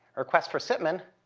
a request for sipman,